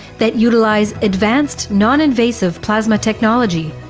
that utilize advanced non-invasive plasma technology.